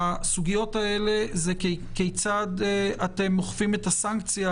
הסוגיות האלה זה כיצד אתם אוכפים את הסנקציה